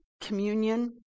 communion